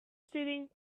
sitting